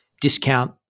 discount